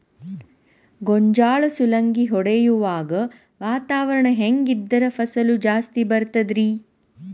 ಗೋಂಜಾಳ ಸುಲಂಗಿ ಹೊಡೆಯುವಾಗ ವಾತಾವರಣ ಹೆಂಗ್ ಇದ್ದರ ಫಸಲು ಜಾಸ್ತಿ ಬರತದ ರಿ?